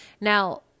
Now